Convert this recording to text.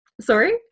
Sorry